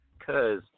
Cause